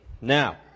Now